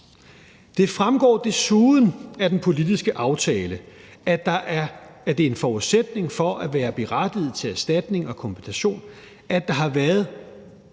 Det fremgår desuden af den politiske aftale, at det er en forudsætning for at være berettiget til erstatning og kompensation, at der har været